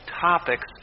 topics